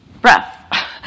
breath